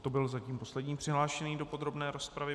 To byl zatím poslední přihlášený do podrobné rozpravy.